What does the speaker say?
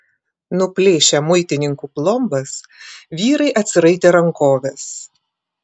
nuplėšę muitininkų plombas vyrai atsiraitė rankoves